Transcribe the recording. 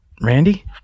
Randy